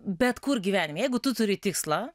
bet kur gyvenime jeigu tu turi tikslą